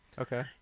Okay